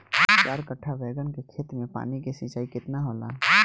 चार कट्ठा बैंगन के खेत में पानी के सिंचाई केतना होला?